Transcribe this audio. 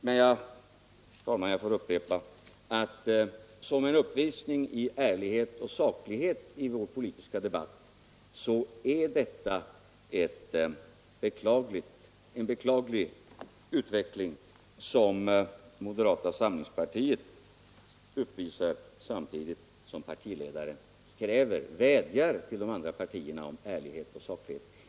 Men, jag får upprepa det, herr talman, som en uppvisning i ärlighet och saklighet i vår politiska debatt är det en beklaglig utveckling som moderata sam Jlingspartiet uppvisar. samtidigt som partiledaren vädjar till de andra partierna om ärlighet och saklighet.